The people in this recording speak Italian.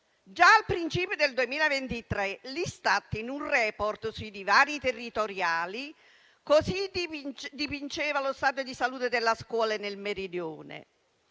Già al principio del 2023 l'Istat, in un *report* sui divari territoriali, così dipingeva lo stato di salute della scuola nel Meridione.